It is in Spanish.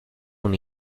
una